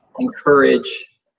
encourage